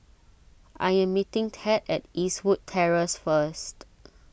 I am meeting Ted at Eastwood Terrace first